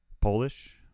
Polish